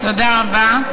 תודה רבה.